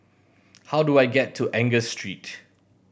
how do I get to Angus Street